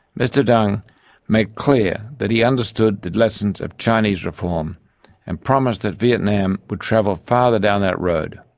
mr dung made clear that he understood the lessons of chinese reform and promised that vietnam would travel farther down that road.